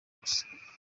gusa